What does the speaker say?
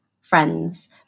friends